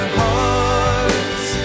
hearts